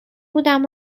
بودم